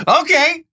Okay